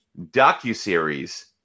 docuseries